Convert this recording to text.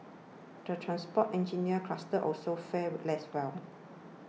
the transport engineering cluster also fared less well